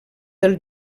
dels